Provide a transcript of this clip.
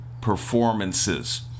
performances